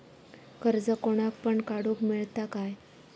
कर्ज कोणाक पण काडूक मेलता काय?